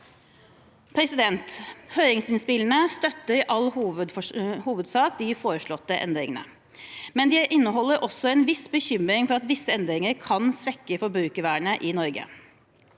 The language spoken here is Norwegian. Høringsinnspillene støtter i all hovedsak de foreslåtte endringene, men de inneholder også en viss bekymring for at visse endringer kan svekke forbrukervernet i Norge.